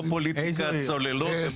לא פוליטיקה צוללות ומתנות.